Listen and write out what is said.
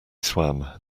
swam